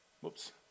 Whoops